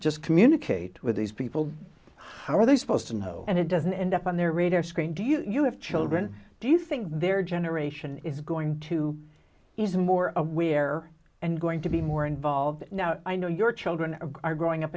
just communicate with these people how are they supposed to know and it doesn't end up on their radar screen do you have children do you think their generation is going to is more aware and going to be more involved now i know your children are growing up